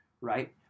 right